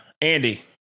Andy